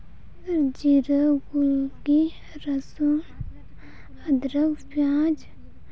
ᱟᱨ ᱡᱤᱨᱟᱹ ᱫᱷᱩᱱᱤᱭᱟᱹ ᱨᱟᱹᱥᱩᱱ ᱟᱫᱽᱨᱟᱠ ᱯᱮᱸᱭᱟᱡᱽ